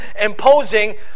imposing